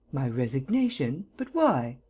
my resignation? but why?